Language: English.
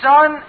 Son